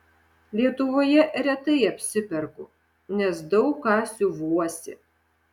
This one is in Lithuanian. lietuvoje retai apsiperku nes daug ką siuvuosi